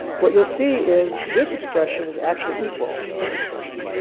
what you'll see is this expression is actually equal to this expression.